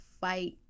fight